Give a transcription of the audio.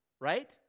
right